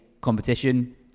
competition